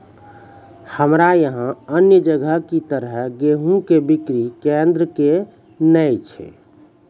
हमरा यहाँ अन्य जगह की तरह गेहूँ के बिक्री केन्द्रऽक नैय छैय?